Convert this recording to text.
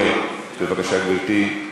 בבקשה, גברתי.